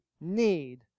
need